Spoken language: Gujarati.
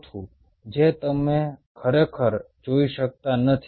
ચોથું જે તમે ખરેખર જોઈ શકતા નથી